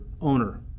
owner